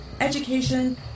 education